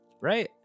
right